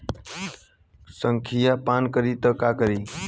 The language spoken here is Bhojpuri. संखिया पान करी त का करी?